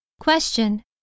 Question